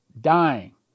dying